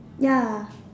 ya